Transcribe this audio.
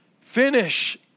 Finish